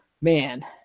man